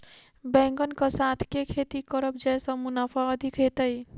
बैंगन कऽ साथ केँ खेती करब जयसँ मुनाफा अधिक हेतइ?